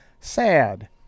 sad